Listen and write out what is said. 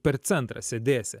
per centrą sėdėsi